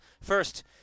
first